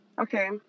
Okay